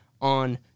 on